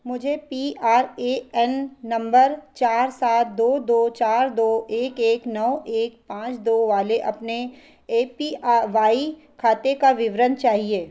मुझे P R A N number चार सात दो दो चार दो एक एक नौ एक पाँच दो वाले अपने ए पी वाई खाते का विवरण चाहिए